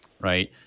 right